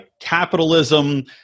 capitalism